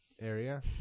area